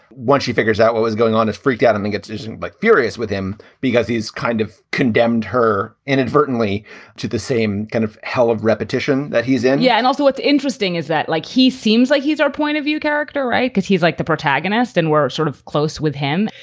once she figures out what was going on, it freaked out. and i think it's like furious with him because he's kind of condemned her inadvertently to the same kind of hell of repetition that he's in yeah. and also what's interesting is that, like, he seems like he's our point of view character. right, because he's like the protagonist and we're sort of close with him.